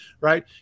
right